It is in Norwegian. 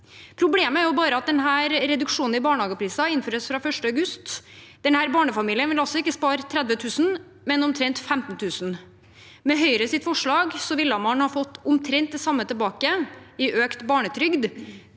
Problemet er bare at denne reduksjonen i barnehagepriser innføres fra 1. august. Denne barnefamilien vil altså ikke spare 30 000 kr, men omtrent 15 000 kr. Med Høyres forslag ville man ha fått omtrent det samme tilbake i økt barnetrygd.